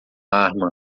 arma